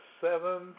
seven